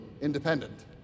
independent